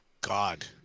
God